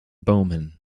bowman